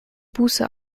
buße